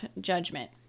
Judgment